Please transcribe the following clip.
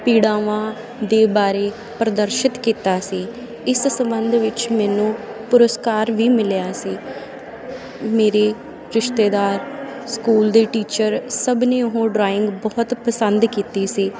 ਪੀੜਾਵਾਂ ਦੇ ਬਾਰੇ ਪ੍ਰਦਰਸ਼ਿਤ ਕੀਤਾ ਸੀ ਇਸ ਸੰਬੰਧ ਵਿੱਚ ਮੈਨੂੰ ਪੁਰਸਕਾਰ ਵੀ ਮਿਲਿਆ ਸੀ ਮੇਰੇ ਰਿਸ਼ਤੇਦਾਰ ਸਕੂਲ ਦੇ ਟੀਚਰ ਸਭ ਨੇ ਉਹ ਡਰਾਇੰਗ ਬਹੁਤ ਪਸੰਦ ਕੀਤੀ ਸੀ